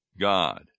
God